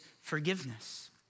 forgiveness